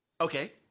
Okay